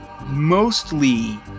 mostly